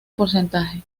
porcentaje